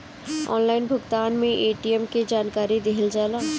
Online भुगतान में ATM के जानकारी दिहल जाला?